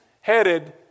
headed